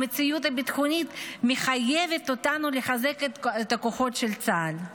המציאות הביטחונית מחייבת אותנו לחזק את הכוחות של צה"ל,